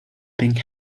pink